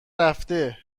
رفته